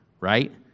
right